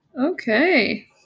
Okay